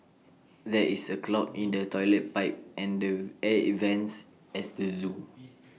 there is A clog in the Toilet Pipe and the air events as the Zoo